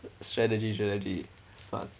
strategy strategy